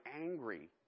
angry